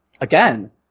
again